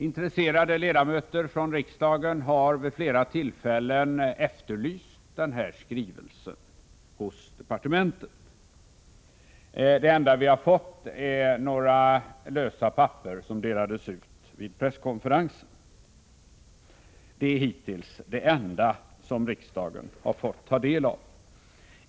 Intresserade riksdagsledamöter har vid flera tillfällen efterlyst den här skrivelsen hos departementet. Det enda vi fått är några lösa papper som delades ut vid presskonferensen. Det är hittills det enda som riksdagen har fått ta del av.